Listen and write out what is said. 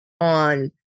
on